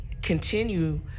Continue